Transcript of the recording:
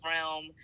realm